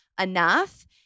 enough